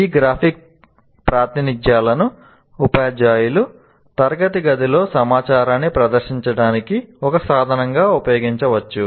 ఈ గ్రాఫిక్ ప్రాతినిధ్యాలను ఉపాధ్యాయులు తరగతి గదిలో సమాచారాన్ని ప్రదర్శించడానికి ఒక సాధనంగా ఉపయోగించవచ్చు